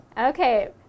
Okay